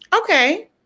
Okay